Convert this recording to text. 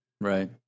Right